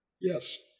Yes